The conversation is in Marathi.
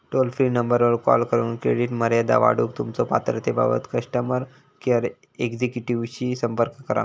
टोल फ्री नंबरवर कॉल करून क्रेडिट मर्यादा वाढवूक तुमच्यो पात्रतेबाबत कस्टमर केअर एक्झिक्युटिव्हशी संपर्क करा